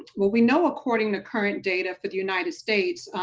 well we know according to current data for the united states,